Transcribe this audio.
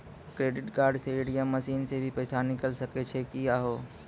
Credit card से ATM machine से भी पैसा निकल सकै छि का हो?